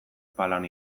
palan